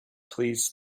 please